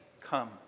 come